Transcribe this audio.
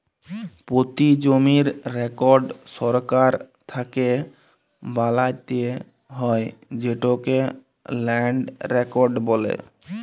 পতি জমির রেকড় সরকার থ্যাকে বালাত্যে হয় যেটকে ল্যান্ড রেকড় বলে